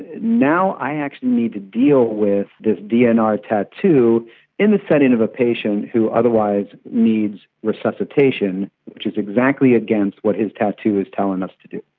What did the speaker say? now i actually need to deal with this dnr tattoo in the setting of a patient who otherwise needs resuscitation, which is exactly against what his tattoo is telling us to do.